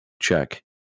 check